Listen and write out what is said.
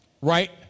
right